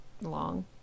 long